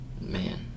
Man